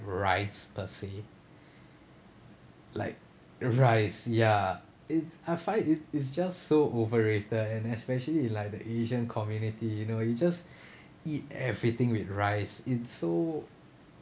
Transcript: rice per se like rice ya it's I find it is just so overrated and especially like the asian community you know you just eat everything with rice it's so